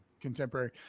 contemporary